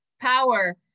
Power